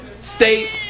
State